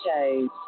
shows